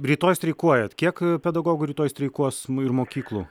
rytoj streikuoja kiek pedagogų rytoj streikuos ir mokyklų